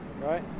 Right